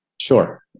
Sure